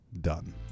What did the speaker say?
done